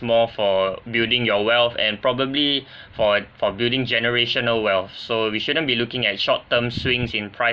more for building your wealth and probably for for building generational wealth so we shouldn't be looking at short term swings in